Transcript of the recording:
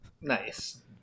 Nice